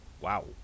wow